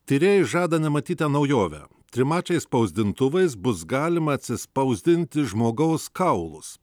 tyrėjai žada nematytą naujovę trimačiais spausdintuvais bus galima atsispausdinti žmogaus kaulus